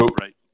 right